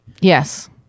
yes